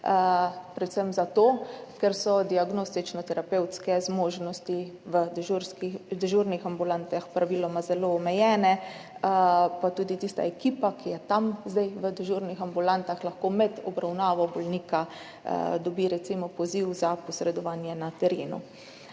predvsem zato, ker so diagnostično-terapevtske zmožnosti v dežurnih ambulantah praviloma zelo omejene, pa tudi tista ekipa, ki je zdaj tam v dežurnih ambulantah, lahko med obravnavo bolnika dobi recimo poziv za posredovanje na terenu.